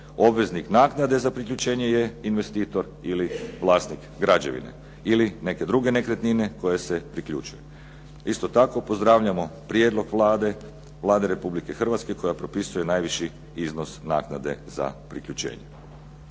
Obveznik naknade za priključenje je investitor ili vlasnik građevine ili neke druge nekretnine koje se priključuje. Isto tako pozdravljamo prijedlog Vlade Republike Hrvatske koja propisuje najviši iznos naknade za priključenje.